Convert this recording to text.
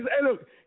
look